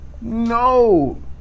No